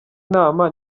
inama